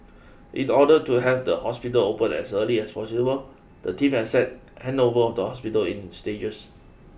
in order to have the hospital opened as early as possible the team accepted handover of the hospital in stages